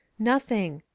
nothing.